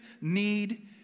need